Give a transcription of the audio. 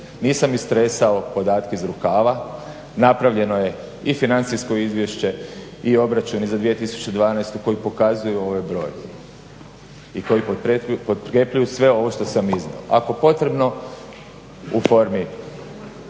Nisam istresao podatke iz rukava. Napravljeno je i financijsko izvješće i obračuni za 2012. Koji pokazuju ovi brojevi i koji potkrepljuju sve ovo što sam iznio. Ako je potrebno u formi